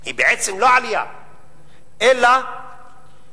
היא בעצם לא עלייה אלא תיקון